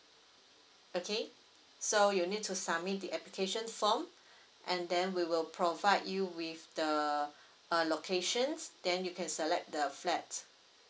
okay so you need to submit the application form and then we will provide you with the uh locations then you can select the flat